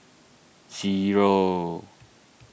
zero